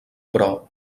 però